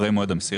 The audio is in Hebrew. אחרי מועד המסירה,